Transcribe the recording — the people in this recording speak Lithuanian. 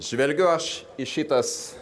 žvelgiu aš į šitas